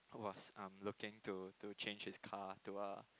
was um looking to to change his car to a